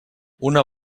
una